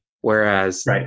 Whereas